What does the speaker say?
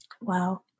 Wow